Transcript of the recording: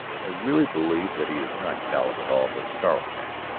i really believe that he is not caleb at all but charles patten.